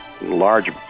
large